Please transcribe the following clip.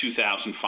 2005